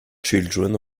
children